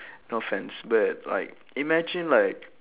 no offense but like imagine like